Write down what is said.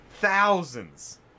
thousands